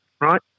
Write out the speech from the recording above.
right